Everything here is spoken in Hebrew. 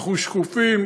אנחנו שקופים,